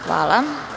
Hvala.